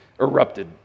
erupted